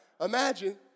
Imagine